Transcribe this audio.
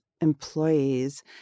employees